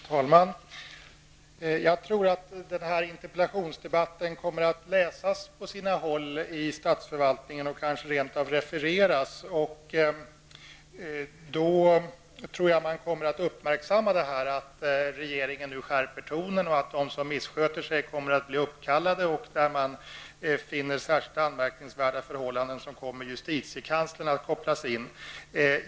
Herr talman! Jag tror att denna interpellationsdebatt kommer att läsas på sina håll i statsförvaltningen och kanske rent av refereras. Då tror jag att man kommer att uppmärksamma att regeringen nu skärper tonen och att de som missköter sig kommer att bli uppkallade. Där man finner särskilt anmärkningsvärda förhållanden kommer justitiekanslern att kopplas in.